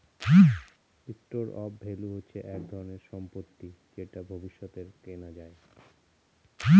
store of value হচ্ছে এক ধরনের সম্পত্তি যেটা ভবিষ্যতে কেনা যায়